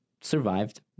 Survived